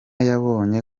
yabonye